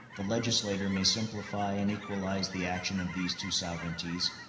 the legislator may simplify and equalize the action of these two sovereignties,